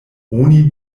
oni